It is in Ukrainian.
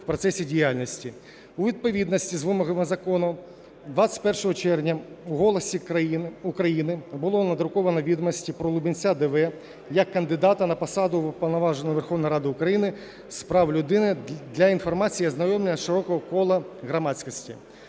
У відповідності з вимогами закону 21 червня в "Голосі України" були надруковані відомості про Лубінця Д.В. як кандидата на посаду Уповноваженого Верховної Ради України з прав людини для інформації і ознайомлення широкого кола громадськості.